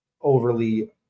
overly